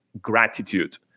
gratitude